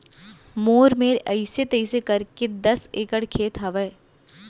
मोर मेर अइसे तइसे करके दस एकड़ खेत हवय